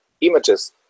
images